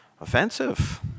offensive